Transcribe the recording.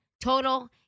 Total